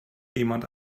jemand